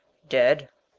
dead?